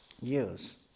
years